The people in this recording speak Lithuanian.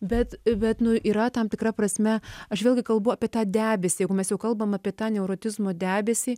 bet bet nu yra tam tikra prasme aš vėlgi kalbu apie tą debesį jeigu mes jau kalbam apie tą neurotizmo debesį